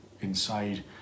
Inside